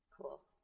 Cool